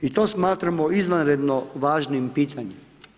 I to smatramo izvanredno važnim pitanjem.